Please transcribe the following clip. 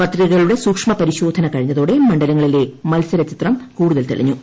പത്രികകളുടെ സൂക്ഷ്മപരിശോധന കഴിഞ്ഞതോടെ മണ്ഡലങ്ങളിലെ മത്സരചിത്രം കൂടുതൽ തെളിഞ്ഞു